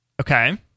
okay